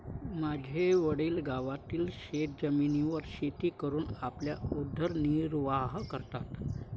माझे वडील गावातील शेतजमिनीवर शेती करून आपला उदरनिर्वाह करतात